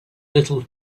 little